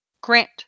grant